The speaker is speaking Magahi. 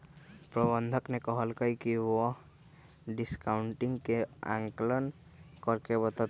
प्रबंधक ने कहल कई की वह डिस्काउंटिंग के आंकलन करके बतय तय